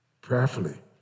Prayerfully